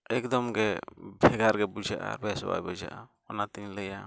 ᱮᱠᱫᱚᱢ ᱜᱮ ᱵᱷᱮᱜᱟᱨ ᱜᱮ ᱵᱩᱡᱷᱟᱹᱜᱼᱟ ᱵᱮᱥ ᱵᱟᱝ ᱵᱩᱡᱷᱟᱹᱜᱼᱟ ᱚᱱᱟᱛᱤᱧ ᱞᱟᱭᱟ